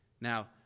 Now